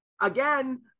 Again